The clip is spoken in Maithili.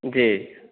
जी